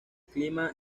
clima